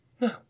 no